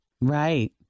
Right